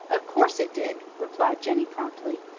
of course it did, replied jenny promptly.